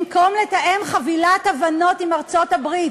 במקום לתאם חבילת הבנות עם ארצות-הברית